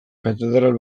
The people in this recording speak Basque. katedral